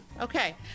Okay